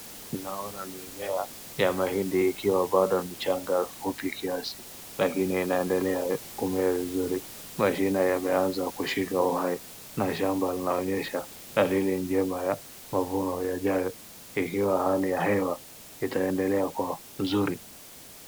Tunaona mimea ya mahindi ikiwa bado ni changa na fupi kiasi, lakini inaendelea kumea vizuri, mashina yameanza kushika uhai, na shamba linaonyesha dalili njema ya mavuno yajayo, ikiwa hali ya hewa itaendelea kuwa nzuri.